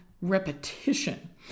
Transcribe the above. repetition